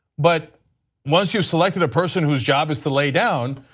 but once you've selected a person whose job is to lay down,